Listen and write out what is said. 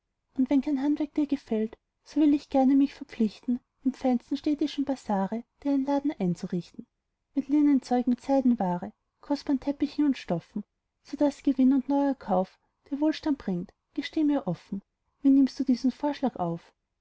und wenn kein handwerk dir gefällt so will ich gerne mich verpflichten im feinsten städtischen bazare dir einen laden einzurichten mit linnenzeug mit seidenware kostbaren teppichen und stoffen sodaß gewinn und neuer kauf dir wohlstand bringt gesteh mir offen wie nimmst du diesen vorschlag auf